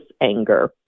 anger